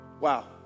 wow